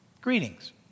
greetings